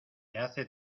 hace